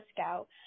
scout